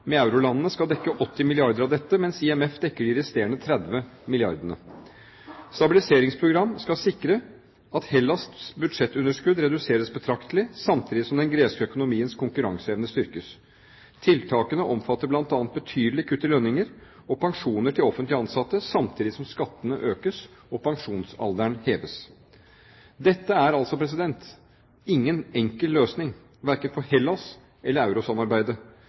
med eurolandene skal dekke 80 milliarder av dette, mens IMF dekker de resterende 30 milliardene. Stabiliseringsprogram skal sikre at Hellas’ budsjettunderskudd reduseres betraktelig, samtidig som den greske økonomiens konkurranseevne styrkes. Tiltakene omfatter bl.a. betydelige kutt i lønninger og pensjoner til offentlig ansatte, samtidig som skattene økes og pensjonsalderen heves. Dette er altså ingen enkel løsning – verken for Hellas eller